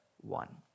one